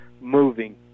moving